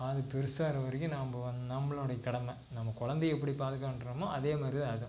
அது பெருசாகிற வரைக்கும் நாம் நம்மளுடைய கடமை நம்ம கொழந்தைய எப்படி பாதுகாண்றமோ அதே மாதிரி தான் அதுவும்